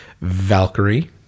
Valkyrie